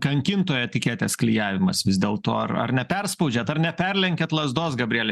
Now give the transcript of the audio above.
kankintojo etiketės klijavimas vis dėl to ar ar neperspaudžiat ar neperlenkiat lazdos gabriele